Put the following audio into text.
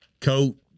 coat